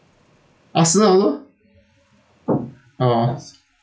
arsenal also oh